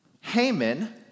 Haman